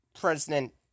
President